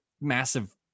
massive